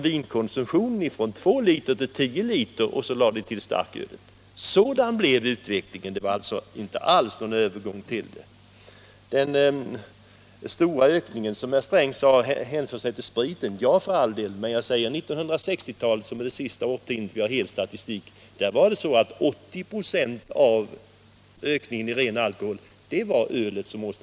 Vinkonsumtionen ökade från två liter till tio liter, och till det kom konsumtionen av starköl. Sådan blev utvecklingen. Den stora ökningen av alkoholkonsumtionen hänför sig till sprit, sade herr Sträng. Ja, för all del. Men under 1960-talet, som är det senaste årtionde som vi har hel statistik från, orsakades 80 96 av ökningen av alkoholkonsumtionen av ölet.